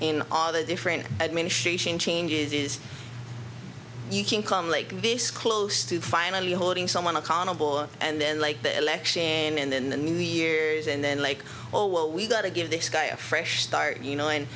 in all the different administration changes is you can call them like base close to finally holding someone accountable and then like the election and then the new years and then like oh well we got to give this guy a fresh start you know and